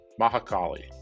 Mahakali